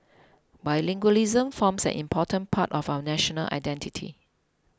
bilingualism forms an important part of our national identity